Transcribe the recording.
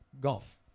golf